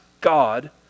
God